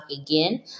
again